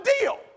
deal